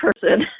person